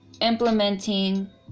implementing